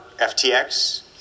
FTX